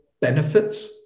benefits